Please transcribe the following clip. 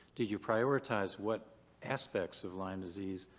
do you prioritize what aspects of lyme disease?